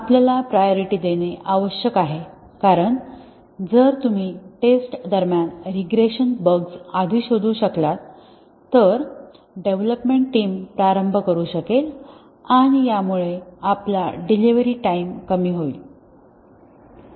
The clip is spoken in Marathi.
आपल्याला प्रायोरिटी देणे आवश्यक आहे कारण जर तुम्ही टेस्ट दरम्यान रीग्रेशन बग्स आधी शोधू शकलात तर डेव्हलोपमेंट टीम प्रारंभ करू शकेल आणि यामुळे आपला डिलिव्हरी टाइम कमी होईल